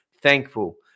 thankful